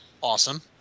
Awesome